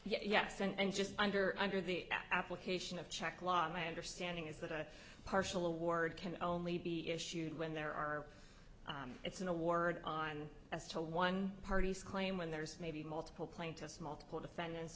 yes and just under under the application of czech law my understanding is that a partial award can only be issued when there are it's an award on as to one party's claim when there is maybe multiple plaintiffs multiple defendants